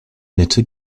nette